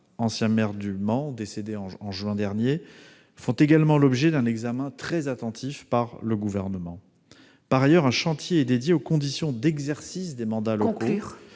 ancien maire du Mans, décédé en juin dernier, font également l'objet d'un examen très attentif par le Gouvernement. Il faut conclure. Par ailleurs, un chantier est dédié aux conditions d'exercice des mandats locaux